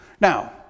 Now